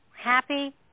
happy